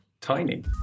Tiny